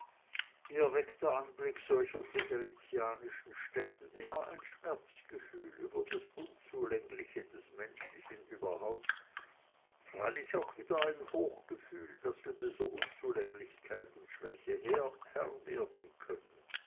mir weckt der anblick solcher friderizianischen stätten immer ein schmerzgefühl über das unzulängliche des menschlichen überhaupt freilich auch wieder ein hochgefühl daß wir dieser unzulänglichkeit und schwäche herr werden können